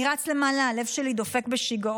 אני רץ למעלה, הלב שלי דופק בשיגעון.